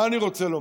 מה אני רוצה לומר?